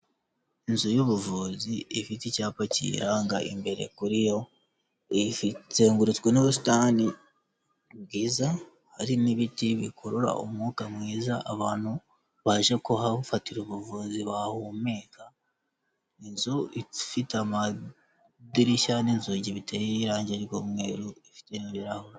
Inzu y'ubuvuzi ifite icyapa kiyiranga imbere kuri yo, izengurutswe n'ubusitani bwiza, hari n'ibiti bikurura umwuka mwiza abantu baje kuhafatira ubuvuzi bahumeka, inzu ifite amadirishya n'inzugi biteye irangi ry'umweru, ifite n'ibirahure.